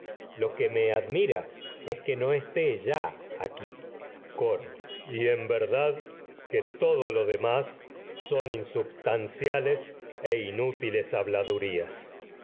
lo dijo creonte le en admira es que no mensajeros lo que me esté ya aquí coro y en verdad que todo lo demás son insubs tanciales e inútiles habladurías